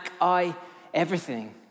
i-everything